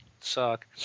suck